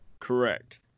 correct